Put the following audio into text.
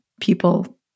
people